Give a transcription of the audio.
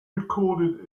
recorded